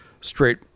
straight